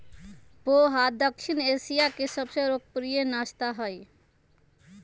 पोहा दक्षिण एशिया के सबसे लोकप्रिय नाश्ता हई